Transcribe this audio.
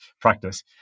practice